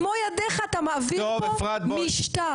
במו ידיך אתה מעביר פה משטר,